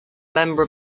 member